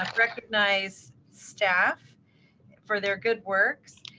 um recognize staff for their good work.